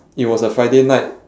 it was a friday night